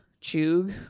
chug